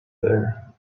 there